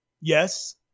Yes